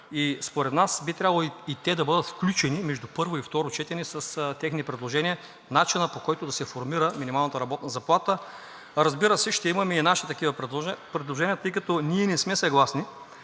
Според нас би трябвало и те да бъдат включени между първо и второ четене с техни предложения – начина, по който да се формира минималната работна заплата. Разбира се, ще имаме и наши такива предложения, тъй като ние не сме съгласни